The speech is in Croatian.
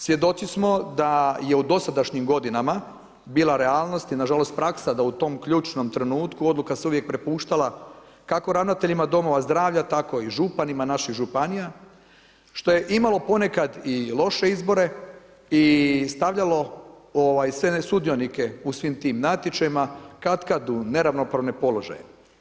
Svjedoci smo da je u dosadašnjim godinama bila realnost i nažalost praksa da u tom ključnom trenutku odluka se uvijek prepuštala kako ravnateljima domova zdravlja, tako i županima naših županija što je imalo ponekad i loše izbore i stavljalo sve one sudionike u svim tim natječajima katkad u neravnopravne položaje.